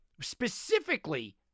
Specifically